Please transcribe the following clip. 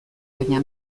baina